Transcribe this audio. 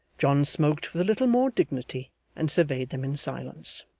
john smoked with a little more dignity and surveyed them in silence.